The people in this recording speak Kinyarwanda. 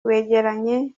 wegeranye